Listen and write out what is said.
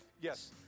yes